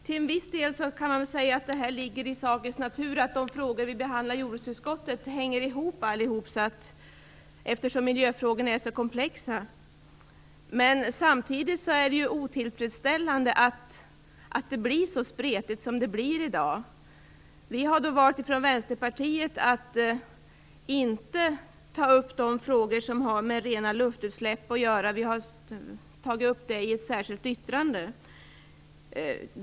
Till viss del kan man säga att det ligger i sakens natur att de frågor vi behandlar i jordbruksutskottet hänger ihop, eftersom miljöfrågorna är så komplexa. Samtidigt är det otillfredsställande att debatten blir så spretig som den har varit i dag. Vi i Vänsterpartiet har valt att inte ta upp de frågor som har med rena luftutsläpp att göra. Vi har tagit upp dem i ett särskilt yttrande.